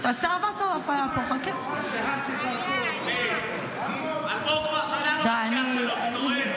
בן גביר התנגד בראשי המפלגות.